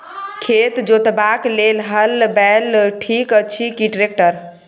खेत जोतबाक लेल हल बैल ठीक अछि की ट्रैक्टर?